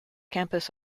campus